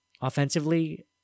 offensively